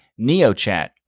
NeoChat